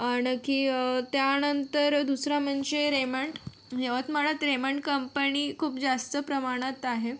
आणखी त्यानंतर दुसरं म्हणजे रेमंड यवतमाळात रेमंड कंपनी खूप जास्त प्रमाणात आहे